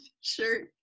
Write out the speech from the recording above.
shirt